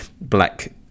black